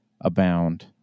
abound